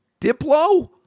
Diplo